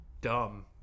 dumb